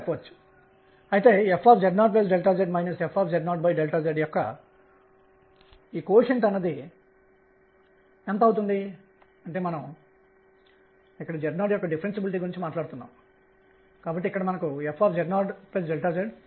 సాధారణీకృత momentum ద్రవ్యవేగం తప్పనిసరిగా linear momentum రేఖీయ ద్రవ్యవేగం వలె ఉండదని గమనించండి ఇది యాంగులర్ మొమెంటం కావచ్చు మరియు ఇప్పుడు క్వాంటం నిబంధన ఉంటుంది